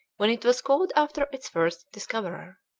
when it was called after its first discoverer.